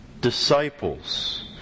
disciples